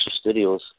Studios